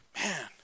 Man